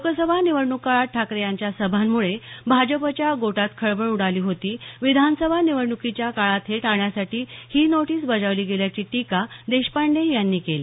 लोकसभा निवडणूक काळात ठाकरे यांच्या सभांमुळे भाजपच्या गोटात खळबळ उडाली होती विधानसभा निवडणुकांच्या काळात हे टाळण्यासाठी ही नोटीस बजावली गेल्याची टीका देशपांडे यांनी केली